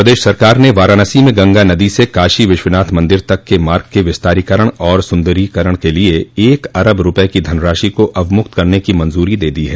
प्रदेश सरकार ने वाराणसी में गंगा नदी से काशी विश्वनाथ मंदिर तक के मार्ग के विस्तारीकरण और सुन्दरीकरण के लिये एक अरब रूपये की धनराशि को अवमुक्त करने की मंजूरी दे दी है